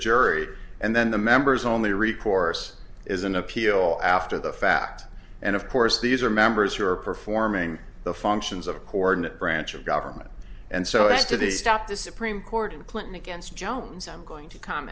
jury and then the members only recourse is an appeal af to the fact and of course these are members who are performing the functions of a coordinate branch of government and so as to the stop the supreme court in clinton against jones i'm going to com